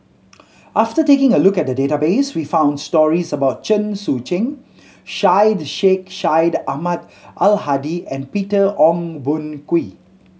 after taking a look at the database we found stories about Chen Sucheng Syed Sheikh Syed Ahmad Al Hadi and Peter Ong Boon Kwee